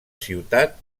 ciutat